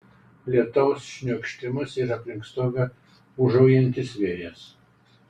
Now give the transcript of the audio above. ramybės nedavė nesiliaujantis lietaus šniokštimas ir aplink stogą ūžaujantis vėjas